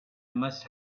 must